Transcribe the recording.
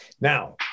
now